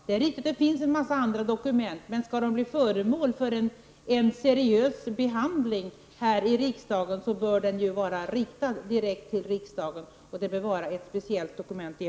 Det är riktigt att det finns en mängd andra dokument, men skall de bli föremål för en seriös behandling här i riksdagen bör de riktas direkt till riksdagen. Det är vår uppfattning att det bör vara ett speciellt dokument.